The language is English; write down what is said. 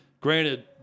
Granted